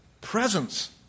presence